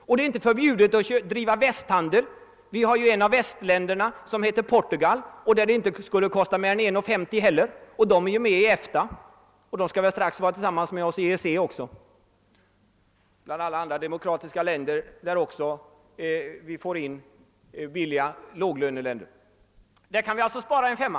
och det är heller inte förbjudet att driva väst handel. Ett av västländerna heter Portugal. Där skulle det inte heller kosta mer än 1:50 att få denna skjorta sydd. Och Portugal är ju med i EFTA och skall väl snart vara tillsammans med oss i EEC också, där man bland alla andra demokratiska länder även får in låglöneländer. Genom att sy skjortorna i Portugal kan vi alltså spara en femma.